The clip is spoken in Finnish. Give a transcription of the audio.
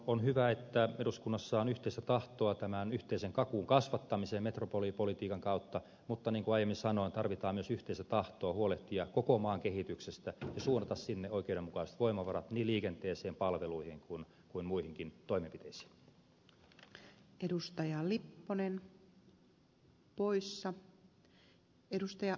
on hyvä että eduskunnassa on yhteistä tahtoa tämän yhteisen kakun kasvattamiseen metropolipolitiikan kautta mutta niin kuin aiemmin sanoin tarvitaan myös yhteistä tahtoa huolehtia koko maan kehityksestä ja suunnata sinne oikeudenmukaiset voimavarat niin liikenteeseen palveluihin kuin muihinkin toimenpiteisiin